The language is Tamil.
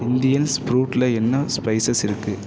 இந்தியன் ஃப்ரூட்டில் என்ன ஸ்பைசஸ் இருக்கு